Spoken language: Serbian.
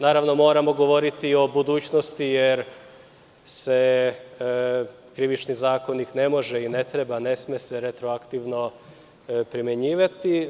Naravno, moramo govoriti i o budućnosti, jer se krivični zakonik ne može i ne treba, ne sme se retroaktivno primenjivanu.